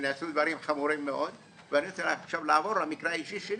ושנעשו דברים חמורים מאוד ואני רוצה לעבור למקרה האישי שלי,